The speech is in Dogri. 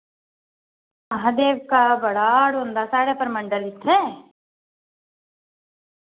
में हा देवका बड़ा हाड़ आंदा साढ़े परमंडल इत्थें